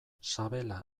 sabela